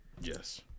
Yes